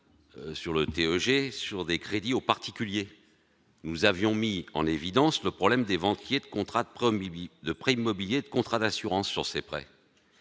sur le TEG sur des crédits aux particuliers. Nous avions mis en évidence le problème des vents qui est de contrats promis de prêts immobiliers de contrats d'assurance sur ces prêts,